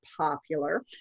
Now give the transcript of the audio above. popular